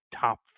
top